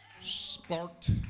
sparked